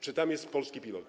Czy tam jest polski pilot?